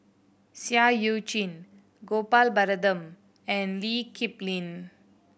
Seah Eu Chin Gopal Baratham and Lee Kip Lin